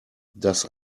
dass